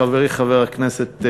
חברי חבר הכנסת,